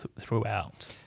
throughout